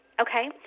Okay